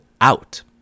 out